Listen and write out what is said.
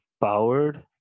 powered